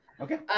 Okay